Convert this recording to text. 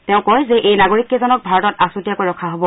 তেওঁ কয় যে এই নাগৰিক কেইজনক ভাৰতত আছুতীয়াকৈ ৰখা হ'ব